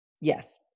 Yes